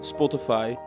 Spotify